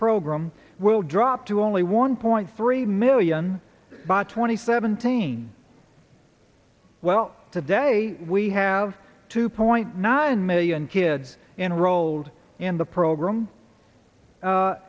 program will drop to only one point three million baht twenty seventeen well today we have two point nine million kids enrolled in the program